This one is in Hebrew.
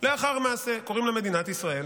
לאחר מעשה, קוראים לה מדינת ישראל.